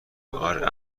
اره